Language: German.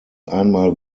einmal